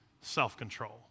self-control